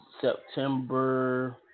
September